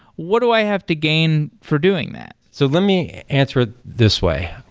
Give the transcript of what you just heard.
what do i have to gain for doing that? so let me answer it this way,